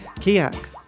Kiak